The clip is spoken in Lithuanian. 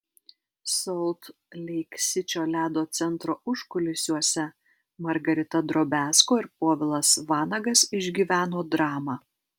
solt leik sičio ledo centro užkulisiuose margarita drobiazko ir povilas vanagas išgyveno dramą